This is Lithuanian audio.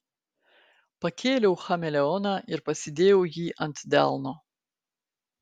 pakėliau chameleoną ir pasidėjau jį ant delno